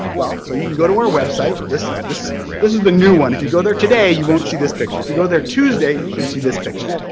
well so you can go to our website, this this is the new one. if you go there today, you won't see this picture, if you go there tuesday you should see this picture.